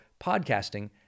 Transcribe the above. podcasting